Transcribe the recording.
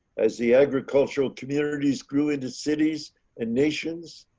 as the agricultural communities grew into cities and nations,